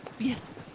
Yes